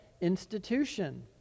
institution